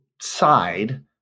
side